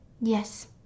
Yes